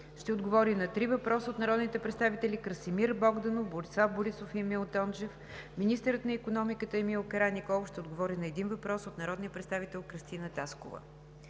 ще отговори на три въпроса от народните представители Красимир Богданов; Борислав Борисов; и Емил Тончев. 7. Министърът на икономиката Емил Караниколов ще отговори на един въпрос от народния представител Кръстина Таскова.